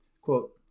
Quote